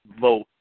vote